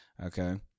Okay